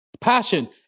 Passion